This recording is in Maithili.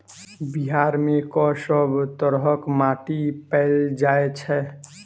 बिहार मे कऽ सब तरहक माटि पैल जाय छै?